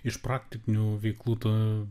iš praktinių veiklų tu